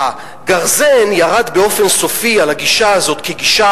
הגרזן ירד באופן סופי על הגישה הזאת כגישה